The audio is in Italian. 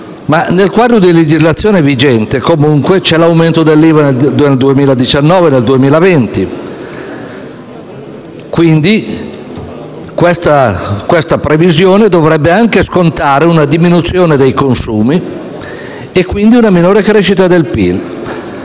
Nel quadro di legislazione vigente vi è comunque l'aumento dell'IVA nel 2019-2020. Questa previsione dovrebbe anche scontare una diminuzione dei consumi e una minore crescita del